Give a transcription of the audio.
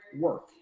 work